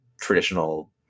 traditional